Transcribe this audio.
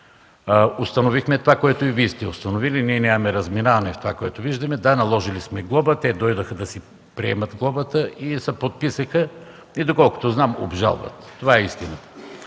Установихме това, което и Вие сте установили. Ние нямаме разминаване в това, което виждаме. Да, наложили сме глоба, те дойдоха да си приемат глобата и се подписаха. Доколкото знам, обжалват. Това е истината.